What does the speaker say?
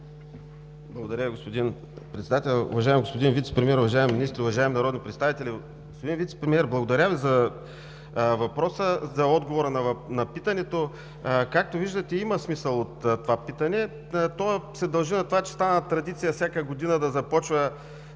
Благодаря, господин Председател. Уважаеми господин Вицепремиер, уважаеми министри, уважаеми народни представители! Господин Вицепремиер, благодаря Ви за отговора на питането. Както виждате има смисъл от това питане. То се дължи на това, че стана традиция всяка година да започва